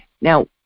Now